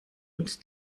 uns